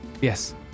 Yes